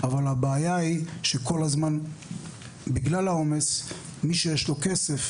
אבל הבעיה שבגלל העומס מי שיש לו כסף,